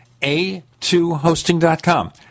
a2hosting.com